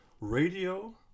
Radio